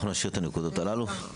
אנחנו נשאיר את הנקודות הללו.